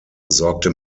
sorgte